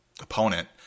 opponent